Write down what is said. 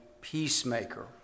peacemaker